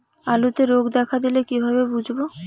আলুতে রোগ দেখা দিলে কিভাবে বুঝবো?